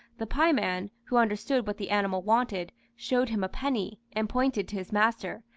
the pieman, who understood what the animal wanted, showed him a penny, and pointed to his master,